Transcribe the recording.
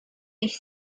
ich